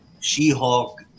She-Hulk